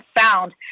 found